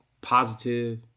positive